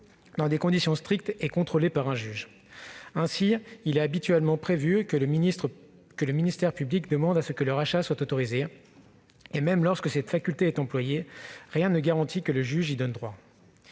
dans des conditions strictes et contrôlées par un juge. Ainsi, il est habituellement prévu que le ministère public demande que le rachat soit autorisé, et même lorsque cette faculté est employée, rien ne garantit que le juge y ouvre droit.